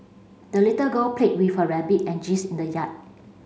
the little girl played with her rabbit and in the yard